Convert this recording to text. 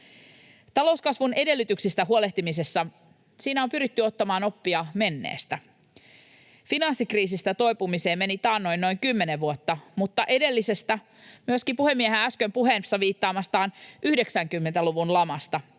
Talouskasvun edellytyksistä huolehtimisessa, siinä on pyritty ottamaan oppia menneestä. Finanssikriisistä toipumiseen meni taannoin noin kymmenen vuotta, mutta edellisestä, myöskin puhemiehen äsken puheessaan viittaamasta 90-luvun lamasta,